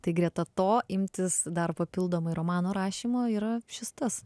tai greta to imtis dar papildomai romano rašymo yra šis tas